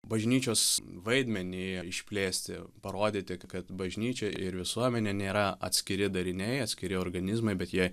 bažnyčios vaidmenį išplėsti parodyti kad bažnyčia ir visuomenė nėra atskiri dariniai atskiri organizmai bet jie